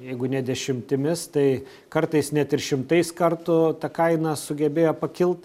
jeigu ne dešimtimis tai kartais net ir šimtais kartų ta kaina sugebėjo pakilt